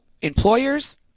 employers